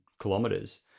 kilometers